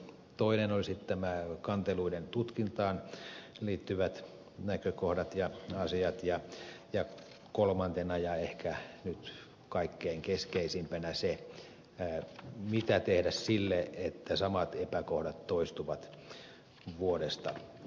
toinen on kanteluiden tutkintaan liittyvät näkökohdat ja asiat ja kolmantena ja ehkä nyt kaikkein keskeisimpänä se mitä tehdä sille että samat epäkohdat toistuvat vuodesta toiseen